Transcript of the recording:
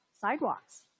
sidewalks